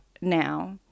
now